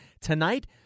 tonight